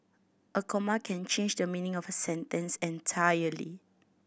a comma can change the meaning of a sentence entirely